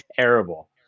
terrible